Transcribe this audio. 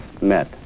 met